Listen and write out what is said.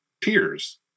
peers